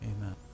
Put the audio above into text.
amen